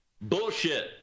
bullshit